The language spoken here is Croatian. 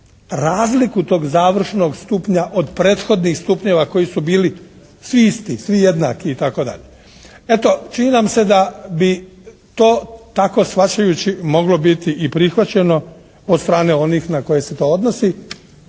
razliku tog završnog stupnja od prethodnih stupnjeva koji su bili svi isti, svi jednaki itd. Eto čini nam se da bi to tako shvaćajući moglo biti i prihvaćeno od strane onih na koje se to odnosi